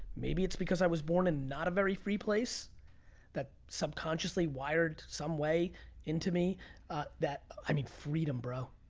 maybe it's because i was born in not a very free place that subconsciously wired some way into me that, i mean, freedom, bro.